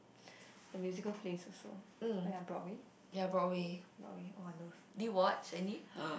the musical places also we have Broadway Broadway oh I love